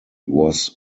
was